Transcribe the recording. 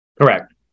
Correct